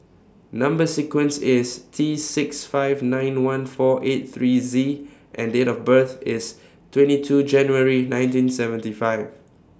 Number sequence IS T six five nine one four eight three Z and Date of birth IS twenty two January nineteen seventy five